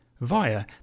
via